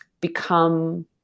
become